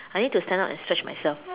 I need to stand up and stretch myself